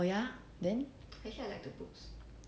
oh ya then